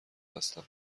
هستم